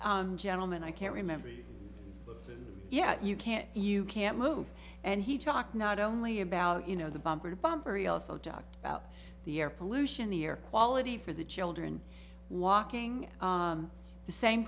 this gentleman i can't remember yet you can't you can't move and he talked not only about you know the bumper to bumper he also talked about the air pollution the air quality for the children walking the same